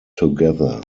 together